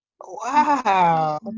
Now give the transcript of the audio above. wow